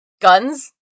Guns